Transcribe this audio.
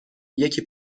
یکی